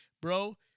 bro